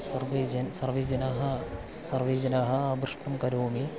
सर्वे जनाः सर्वे जनाः सर्वे जनाः अपृष्टं करोमि